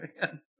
man